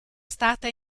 stata